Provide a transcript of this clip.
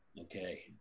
Okay